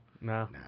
no